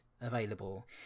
available